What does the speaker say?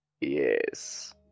Yes